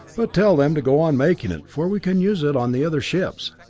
but tell them to go on making it, for we can use it on the other ships.